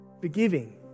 forgiving